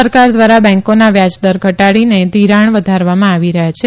સરકાર દ્વારા બેંકોના વ્યાજદર ઘટાડીને ઘિરાણ વધારવામાં આવી રહયાં છે